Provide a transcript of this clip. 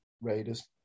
Raiders